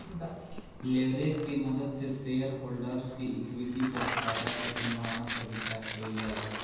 leverage के मदद से शेयरहोल्डर्स के इक्विटी पर फायदा के संभावना पर विचार कइल जाला